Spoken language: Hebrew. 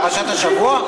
זה מפרשת השבוע?